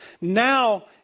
Now